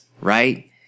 right